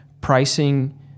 pricing